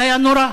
זה היה נורא.